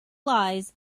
lies